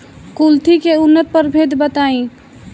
कुलथी के उन्नत प्रभेद बताई?